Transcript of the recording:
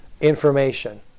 Information